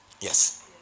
Yes